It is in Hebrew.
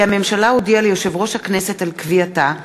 כי הממשלה הודיעה ליושב-ראש הכנסת על קביעתה,